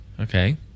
Okay